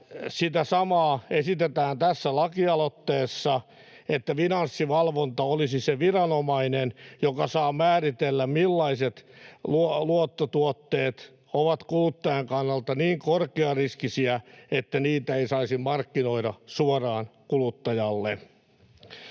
Sitä samaa esitetään tässä lakialoitteessa, että Finanssivalvonta olisi se viranomainen, joka saa määritellä, millaiset luottotuotteet ovat kuluttajan kannalta niin korkeariskisiä, että niitä ei saisi markkinoida suoraan kuluttajalle.